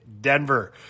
Denver